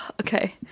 okay